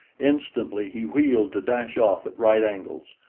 instantly he wheeled to dash off at right angles.